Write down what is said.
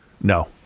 no